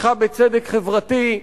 תמיכה בצדק חברתי,